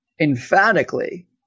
emphatically